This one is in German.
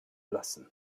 lassen